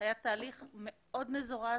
היה תהליך מאוד מזורז.